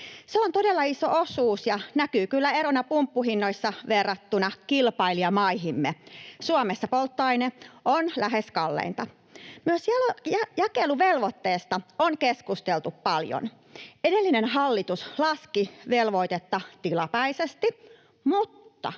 Se on todella iso osuus ja näkyy kyllä erona pumppuhinnoissa verrattuna kilpailijamaihimme: Suomessa polttoaine on lähes kalleinta. Myös jakeluvelvoitteesta on keskusteltu paljon. Edellinen hallitus laski velvoitetta tilapäisesti, mutta